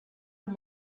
amb